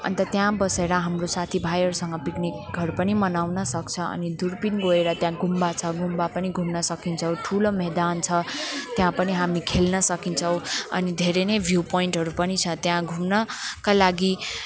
अन्त त्यहाँ बसेर हाम्रो साथी भाइहरूसँग पिकनिकहरू पनि मनाउन सक्छ अनि दुर्पिन गएर त्यहाँ गुम्बा छ गुम्बा पनि घुम्न सकिन्छ ठुलो मैदान छ त्यहाँ पनि हामी खेल्न सकिन्छौँ अनि धेरै नै भ्यू पोइन्टहरू पनि छ त्यहाँ घुम्नका लागि